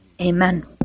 Amen